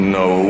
no